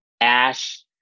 ash